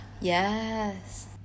Yes